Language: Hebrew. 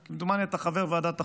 כמדומני, אתה חבר ועדת החוקה,